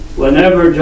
whenever